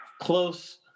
close